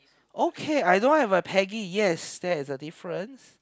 okay I don't have a Peggy yes there is a difference